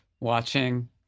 watching